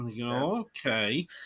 Okay